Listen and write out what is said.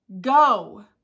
go